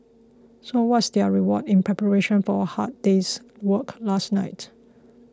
so what's their reward in preparation for a hard day's work last night